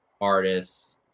artists